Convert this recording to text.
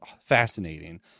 fascinating